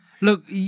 Look